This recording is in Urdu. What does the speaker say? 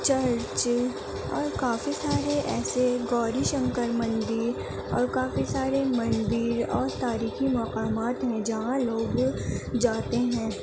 چرچ اور کافی سارے ایسے گوری شنکر مندر اور کافی سارے مندر اور تاریخی مقامات ہیں جہاں لوگ جاتے ہیں